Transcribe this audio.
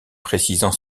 précisant